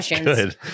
Good